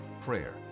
prayer